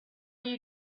you